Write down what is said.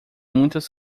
muitas